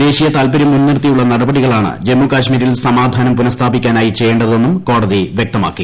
ദേശീയ താൽപര്യം മുൻനിർത്തിയുള്ള നടപടികളാണ് ജമ്മുകാശ്മീരിൽ സമാധാനം പുനഃസ്ഥാപിക്കാനായി ചെയ്യേണ്ടതെന്നും കോടതി വ്യക്തമാക്കി